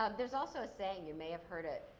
ah there's also a saying, you may have heard it,